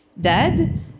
dead